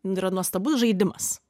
yra nuostabus žaidimas